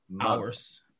hours